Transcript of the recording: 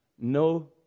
no